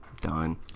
Done